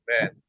man